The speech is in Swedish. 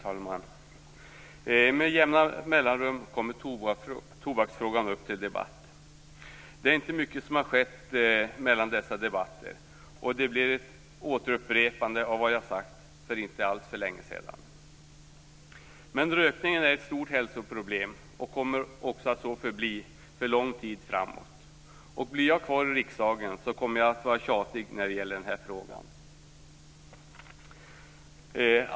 Fru talman! Med jämna mellanrum kommer tobaksfrågan upp till debatt. Det är inte mycket som har skett mellan dessa debatter så vad jag nu skall säga blir ett upprepande av vad jag sagt för inte alltför länge sedan. Rökningen är ett stort hälsoproblem och kommer att så förbli under en lång tid framåt. Om jag blir kvar i riksdagen kommer jag att vara tjatig i den här frågan.